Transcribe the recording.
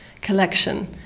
collection